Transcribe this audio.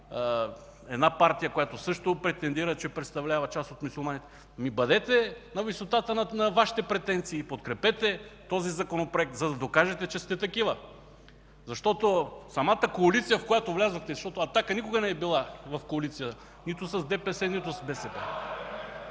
една партия, която също претендира, че представлява част от мюсюлманите – бъдете на висотата на Вашите претенции и подкрепете този Законопроект, за да докажете, че сте такива. Защото самата коалиция, в която влязохте – защото „Атака” никога не е била в коалиция нито с ДПС, нито с БСП